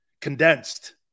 condensed